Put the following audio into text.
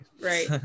right